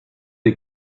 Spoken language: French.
des